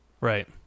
Right